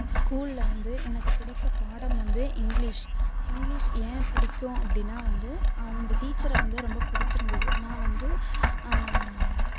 ஸ்கூலில் வந்து எனக்கு பிடித்த பாடம் வந்து இங்கிலீஷ் இங்கிலீஷ் ஏன் பிடிக்கும் அப்படின்னா வந்து அவ் அந்த டீச்சரை வந்து ரொம்ப பிடிச்சிருந்தது நான் வந்து